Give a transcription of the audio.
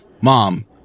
Mom